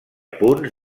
punts